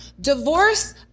divorce